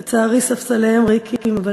לצערי, ספסליהם ריקים אבל